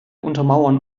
untermauern